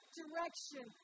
direction